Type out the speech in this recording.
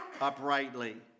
uprightly